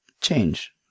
change